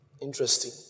Interesting